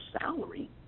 salary